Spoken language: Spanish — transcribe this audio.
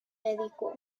dedicó